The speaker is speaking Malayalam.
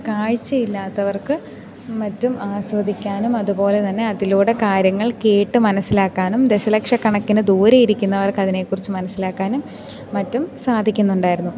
കാഴ്ചയില്ലാത്തവർക്ക് മറ്റും ആസ്വദിക്കാനും അതു പോലെ തന്നെ അതിലൂടെ കാര്യങ്ങൾ കേട്ട് മനസ്സിലാക്കാനും ദശലക്ഷ കണക്കിന് ദൂരെ ഇരിക്കുന്നവർക്ക് അതിനെക്കുറിച്ച് മനസ്സിലാക്കാനും മറ്റും സാധിക്കുന്നുണ്ടായിരുന്നു